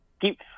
keep